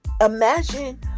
imagine